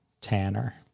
Tanner